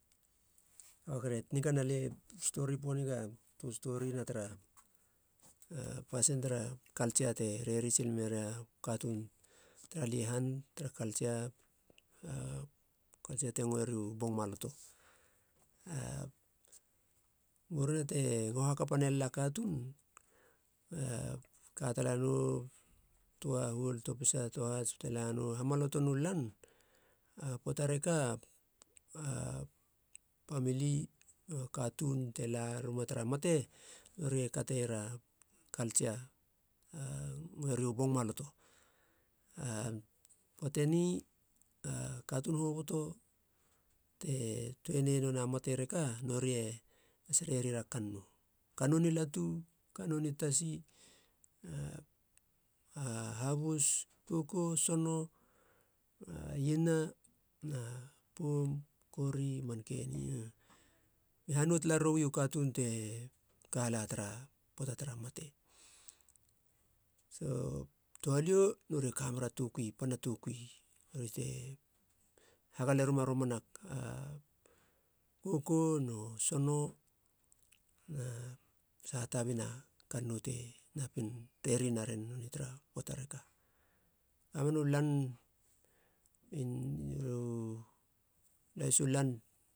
Oret nigana, lie stori poniga töa storina tara a pasin tara kaltsia te reri sil menari a katuun tara lia i han tara kaltsia. A kaltsia te ngoeri u bong maloto. A murina te ngaho hakapa nella katuun e katala nou töa, huol, pisa, tohats bate lanou hamaloto nu lan. A poata reka a pamili nu katuun te la ruma tara mate, nori e kate iera kaltsia a ngoeriu bongmaloto. A poate ni a katuun hoboto te tuenei nonei a mate reka nori e nas rerira a kannou, kannou ni latu, kannou ni tasi na habus koko, sono, a iena na poum kori, manke ni mi hanou tala reroui u katuun te kala tara poata tara mate. So touhalio nori e kamera tokui, pana tokui nori te hagalerima romana a koko nu sono na saha tabina kannou te napin reri naren nonei tara poata reka. Mamanu lan lahisu lan